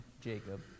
Jacob